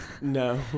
No